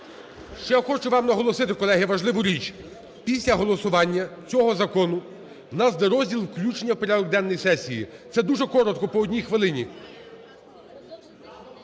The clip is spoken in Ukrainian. Ще хочу вам наголосити, колеги, важливу річ. Після голосування цього закону у нас йде розділ "включення у порядок денний сесії", це дуже коротко по одній хвилині.